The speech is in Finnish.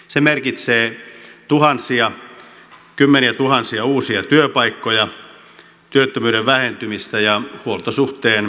se merkitsee kymmeniätuhansia uusia työpaikkoja työttömyyden vähentymistä ja huoltosuhteen parantumista